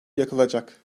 yakılacak